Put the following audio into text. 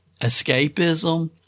escapism